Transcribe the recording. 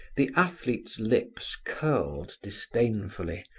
the athlete's lips curled disdainfully,